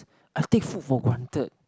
I take food for granted